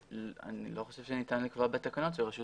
אני לא חושב שניתן לקבוע בתקנות שרשות